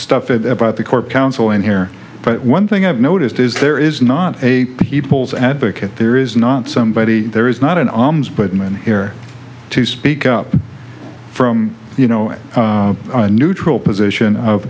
stuff it about the court counsel in here but one thing i've noticed is there is not a people's advocate there is not somebody there is not an alms but many here to speak up from you know neutral position of